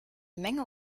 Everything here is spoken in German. menge